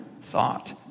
thought